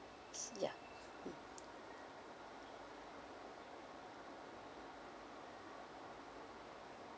s~ ya mm